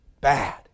bad